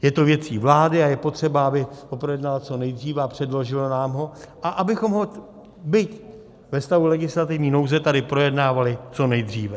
Je to věcí vlády a je potřeba, aby ho projednala co nejdříve a předložila nám ho, a abychom ho byť ve stavu legislativní nouze tady projednávali co nejdříve.